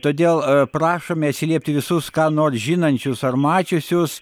todėl prašome atsiliepti visus ką nors žinančius ar mačiusius